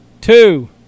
two